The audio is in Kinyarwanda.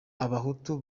abahutu